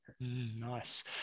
nice